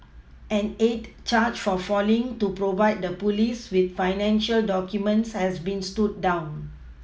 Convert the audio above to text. an eight charge for failing to provide the police with financial documents has been stood down